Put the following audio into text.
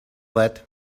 that